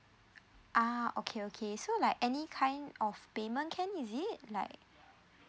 ah okay okay so like any kind of payment can is it like